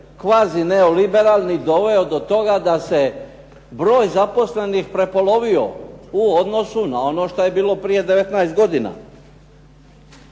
kvazi neoliberalni doveo do toga da se broj zaposlenih prepolovio u odnosu na ono što je bilo prije 19 godina.